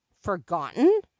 forgotten